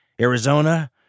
arizona